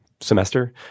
semester